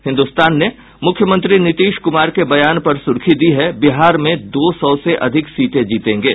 हिन्दुस्तान ने मुख्यमंत्री नीतीश कुमार के बयान पर सुर्खी दी है बिहार में दो सौ से अधिक सीटें जीतेंगे